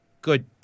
good